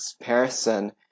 person